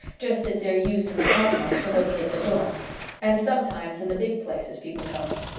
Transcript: just as they're used in the cosmos to locate the door and sometimes in the big places, people tell me.